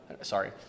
Sorry